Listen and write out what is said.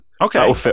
okay